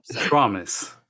Promise